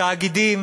התאגידים